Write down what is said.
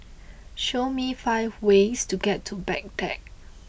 show me five ways to get to Baghdad